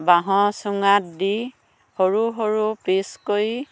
বাঁহৰ চুঙাত দি সৰু সৰু পিচ কৰি